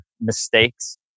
mistakes